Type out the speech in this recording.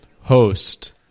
host